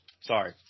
Sorry